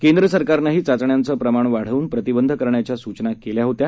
केंद्र सरकारनंही चाचण्यांचे प्रमाण वाढवून प्रतिबंध करण्याच्या सूचना केल्या होत्या